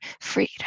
freedom